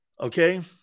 Okay